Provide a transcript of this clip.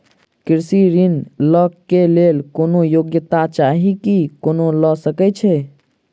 कृषि ऋण लय केँ लेल कोनों योग्यता चाहि की कोनो लय सकै है?